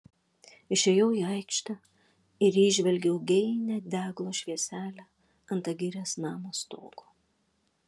išėjau į aikštę ir įžvelgiau geinią deglo švieselę ant agirės namo stogo